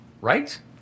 right